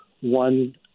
one